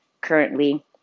currently